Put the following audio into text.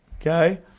Okay